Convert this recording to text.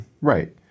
Right